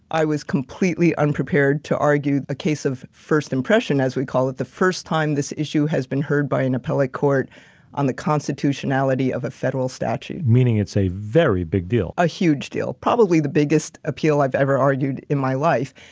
i was completely unprepared to argue a case of first impression, as we call it. the first time this issue has been heard by an appellate court on the constitutionality of a federal statute. meaning it's a very big deal, a huge deal. probably the biggest appeal i've ever argued in my life.